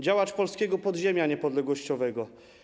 Działacz polskiego podziemia niepodległościowego.